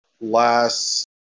last